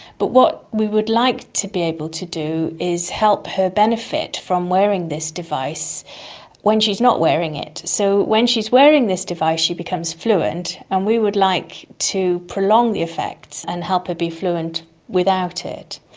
but what we would like to be able to do is help her benefit from wearing this device when she is not wearing it. so, when she is wearing this device she becomes fluent, and we would like to prolong the effects and help her be fluent without it.